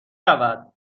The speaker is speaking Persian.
رود